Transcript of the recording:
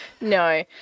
no